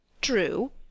True